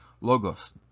logos